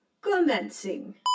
commencing